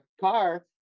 car